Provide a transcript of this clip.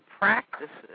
practices